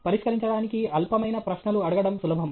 పరిష్కరించడానికి అల్పమైన ప్రశ్నలు అడగడం సులభం